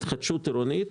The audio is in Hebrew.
התחדשות עירונית,